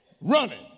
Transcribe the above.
running